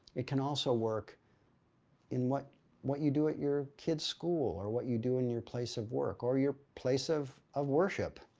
it can also work in what what you do at your kids' school or what you do in your place of work or your place of of worship.